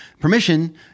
permission